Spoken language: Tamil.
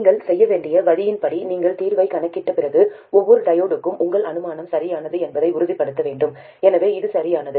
நீங்கள் செய்ய வேண்டிய வழியின்படி நீங்கள் தீர்வைக் கணக்கிட்ட பிறகு ஒவ்வொரு டையோடுக்கும் உங்கள் அனுமானம் சரியானது என்பதை உறுதிப்படுத்த வேண்டும் எனவே இது சரியானது